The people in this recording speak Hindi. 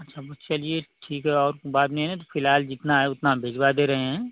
अच्छा बस चलिए ठीक है और बाद में है ना तो फिलहाल जितना है उतना हम भिजवा दे रहे हैं